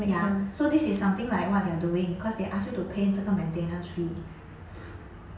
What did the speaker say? ya so this is something like what they're doing cause they ask you to pay 这个 maintenance fee